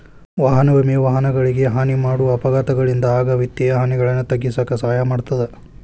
ವಾಹನ ವಿಮೆ ವಾಹನಗಳಿಗೆ ಹಾನಿ ಮಾಡ ಅಪಘಾತಗಳಿಂದ ಆಗ ವಿತ್ತೇಯ ಹಾನಿಗಳನ್ನ ತಗ್ಗಿಸಕ ಸಹಾಯ ಮಾಡ್ತದ